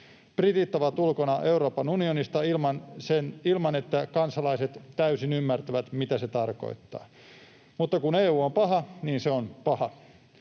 Britit ovat ulkona Euroopan unionista ilman, että kansalaiset täysin ymmärtävät, mitä se tarkoittaa. Mutta kun EU on paha, niin se on paha.